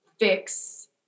fix